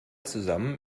zusammen